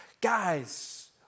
Guys